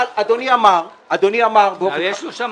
אבל אדוני אמר באופן --- הרי יש לו שם